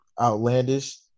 Outlandish